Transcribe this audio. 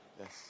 Yes